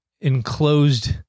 enclosed